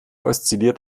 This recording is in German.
oszilliert